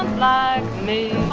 like me.